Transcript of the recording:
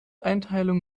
einteilung